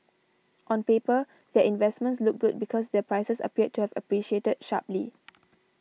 on paper their investments look good because their prices appeared to have appreciated sharply